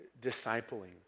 discipling